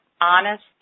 honest